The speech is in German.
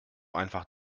einfach